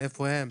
איפה הם,